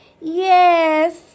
Yes